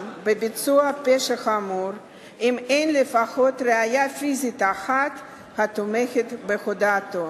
בביצוע פשע חמור אם אין לפחות ראיה פיזית אחת התומכת בהודאתו.